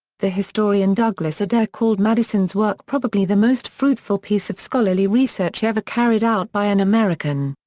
the historian douglas adair called madison's work probably the most fruitful piece of scholarly research ever carried out by an american.